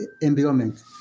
environment